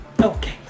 Okay